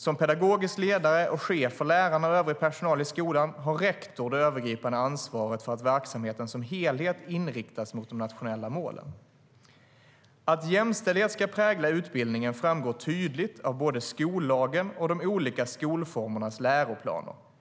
Som pedagogisk ledare och chef för lärarna och övrig personal i skolan har rektorn det övergripande ansvaret för att verksamheten som helhet inriktas mot de nationella målen. Att jämställdhet ska prägla utbildningen framgår tydligt av både skollagen och de olika skolformernas läroplaner.